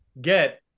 get